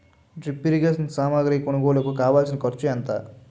drip irrigation సామాగ్రి కొనుగోలుకు కావాల్సిన ఖర్చు ఎంత